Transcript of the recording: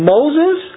Moses